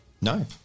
No